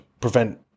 prevent